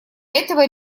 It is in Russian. этого